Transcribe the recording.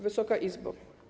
Wysoka Izbo!